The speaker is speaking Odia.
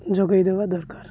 ଯୋଗାଇ ଦେବା ଦରକାର